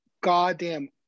goddamn